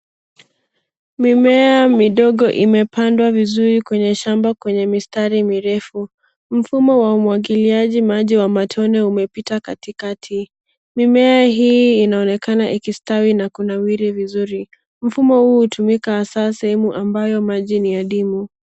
Mimea midogo imepandwa vizuri kwenye shamba kwenye mistari mirefu. Mfumo wa umwagiliaji maji wa matone umepita katikati. Mimea hii inaonekana ikistawi na kunawiri vizuri. Mfumo huu hutumika hasa sehemu ambayo maji ni ya ndimu.